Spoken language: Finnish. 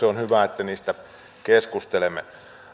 on hyvä että niistä keskustelemme